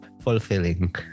fulfilling